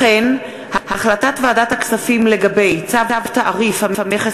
החלטת ועדת הכספים לגבי צו תעריף המכס